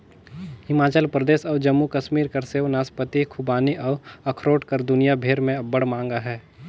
हिमाचल परदेस अउ जम्मू कस्मीर कर सेव, नासपाती, खूबानी अउ अखरोट कर दुनियां भेर में अब्बड़ मांग अहे